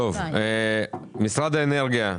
משרד האנרגיה,